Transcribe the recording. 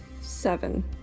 seven